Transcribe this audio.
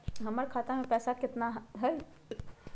हमर खाता मे पैसा केतना है?